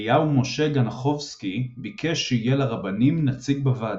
אליהו-משה גנחובסקי ביקש שיהיה לרבנים נציג בוועדה.